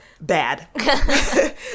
Bad